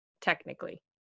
technically